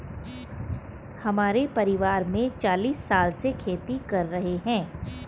हमारे परिवार में चालीस साल से खेती कर रहे हैं